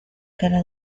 cara